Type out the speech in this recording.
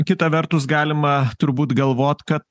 kita vertus galima turbūt galvot kad